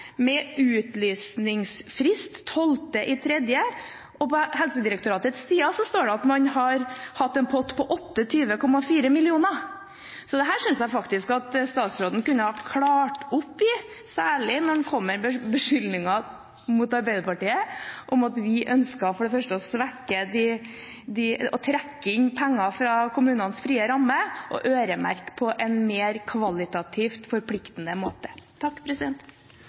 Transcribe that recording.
med utlysningsfrist 12. mars. På Helsedirektoratets sider står det at man har hatt en pott på 28,4 mill. kr. Dette synes jeg faktisk statsråden kunne ha klart opp i, særlig når han kommer med beskyldninger mot Arbeiderpartiet om at vi ønsker å trekke inn penger fra kommunenes frie rammer og øremerke, på en kvalitativt mer forpliktende måte.